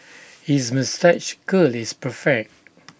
his moustache curl is perfect